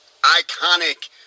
iconic